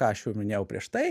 ką aš jau minėjau prieš tai